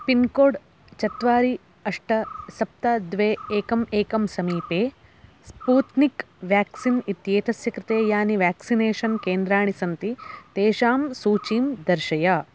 pincode चत्वारि अष्ट सप्त द्वे एकम् एकं समीपे स्पूत्निक् व्याक्सिन् इत्येतस्य कृते यानि व्याक्सिनेषन् केन्द्राणि सन्ति तेषां सूचीं दर्शय